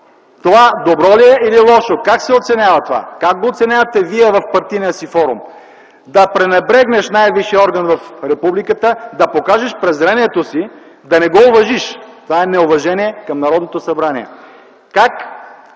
Това добро ли е или лошо? Как се оценява това? Как го оценявате вие в партийния си форум? Да пренебрегнеш най-висшия орган в републиката, да покажеш презрението си, да не го уважиш! Това е неуважение към Народното събрание! Как